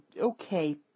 okay